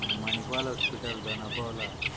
Manipal hospital Dona Paula